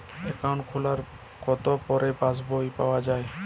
Account খোলার কতো পরে পাস বই পাওয়া য়ায়?